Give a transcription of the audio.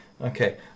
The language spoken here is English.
Okay